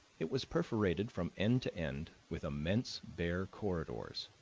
it was perforated from end to end with immense bare corridors,